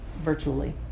virtually